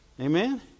Amen